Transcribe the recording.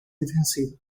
difensiva